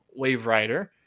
Waverider